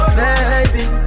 baby